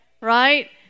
right